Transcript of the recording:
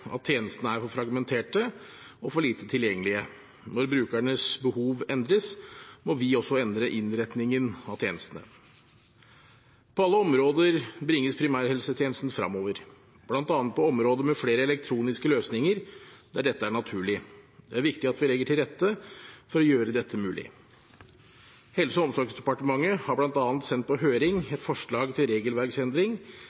at tjenestene er for fragmenterte og for lite tilgjengelige. Når brukernes behov endres, må vi også endre innretningen av tjenestene. På alle områder bringes primærhelsetjenesten fremover, bl.a. på området med flere elektroniske løsninger der dette er naturlig. Det er viktig at vi legger til rette for å gjøre dette mulig. Helse- og omsorgsdepartementet har bl.a. sendt på høring et forslag til regelverksendring